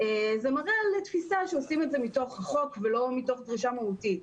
זה מראה על תפיסה שעושים את זה מתוך החוק ולא מתוך דרישה מהותית.